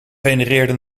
genereerde